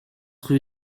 rue